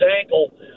ankle